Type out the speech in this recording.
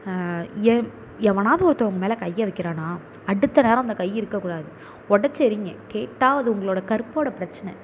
ஏன் எவனாவது ஒருத்தன் ஓங்க மேலே கையை வைக்கிறானா அடுத்த நேரம் அந்த கை இருக்கக்கூடாது ஒடைச்சு எறிங்க கேட்டால் அது உங்களோடய கற்போடய பிரச்சனை